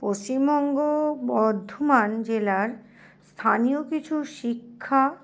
পশ্চিমবঙ্গ বর্ধমান জেলার স্থানীয় কিছু শিক্ষা